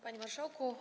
Panie Marszałku!